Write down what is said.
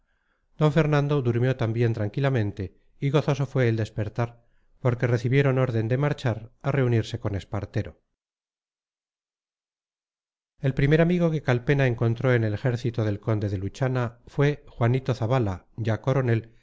d fernando durmió también tranquilamente y gozoso fue el despertar porque recibieron orden de marchar a reunirse con espartero el primer amigo que calpena encontró en el ejército del conde de luchana fue juanito zabala ya coronel